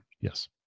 yes